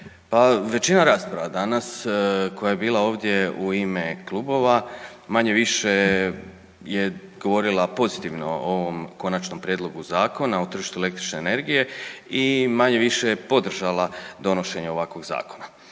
Većina rasprava danas koja je bila ovdje u ime klubova manje-više je govorila pozitivno o ovom Konačnom prijedlogu Zakona o tržištu električne energije i manje-više je podržala donošenje ovakvog zakona.